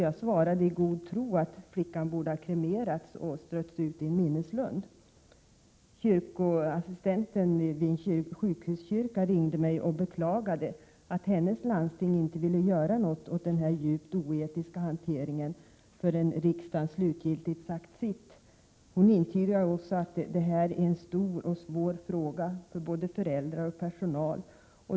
Jag svarade i god tro att flickan borde ha kremerats och strötts ut i en minneslund. Kyrkoassistenten vid en sjukhuskyrka ringde mig och beklagade att hennes landsting inte ville göra något åt den här djupt oetiska hanteringen förrän riksdagen slutgiltigt sagt sitt. Hon intygade också att det här är en stor och svår fråga för både föräldrar och personal.